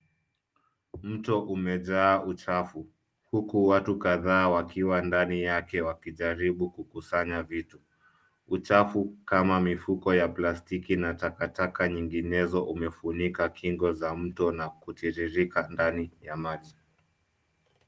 Mto umejaa uchafu huku watu kadhaa wakiwa ndani yake wakijaribu kukusanya vitu. Uchafu kama mifuko ya plastiki na takataka nyinginezo umefunika kingo za mto na kutiririka ndani ya maji.